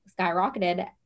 skyrocketed